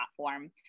platform